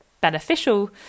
beneficial